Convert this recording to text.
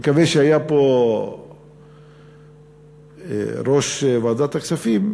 מקווה שהיה פה יושב-ראש ועדת הכספים,